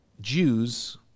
Jews